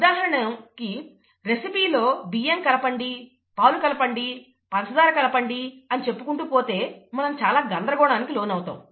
ఉదాహరణకు రెసిపీ లో బియ్యం కలపండి పాలు కలపండి పంచదార కలపండి అని చెప్పుకుంటూ పోతే మనం చాలా గందరగోళానికి లోనవుతాము